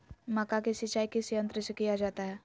मक्का की सिंचाई किस यंत्र से किया जाता है?